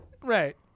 Right